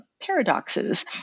paradoxes